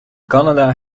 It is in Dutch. canada